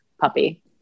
puppy